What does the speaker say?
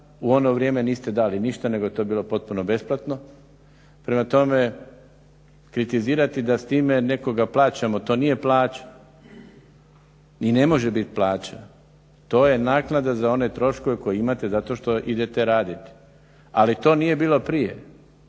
u ono vrijeme niste dali ništa nego je to bilo potpuno besplatno. Prema tome, kritizirati da s time nekoga plaćamo, to nije plaća i ne može biti plaća, to je naknada za one troškove koje imate zato što idete raditi. Ali to nije bilo prije,